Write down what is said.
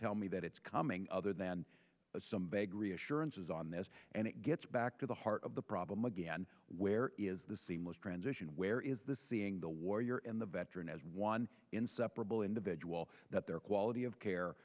tell me that it's coming other than some vague reassurances on this and it gets back to the heart of the problem again where is the seamless transition where is the seeing the warrior and the veteran as one inseparable individual that their quality of care